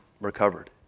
recovered